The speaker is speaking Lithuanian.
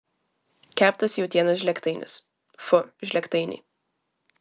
keptas jautienos žlėgtainis fu žlėgtainiai